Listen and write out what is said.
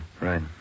Right